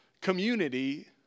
community